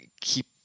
keep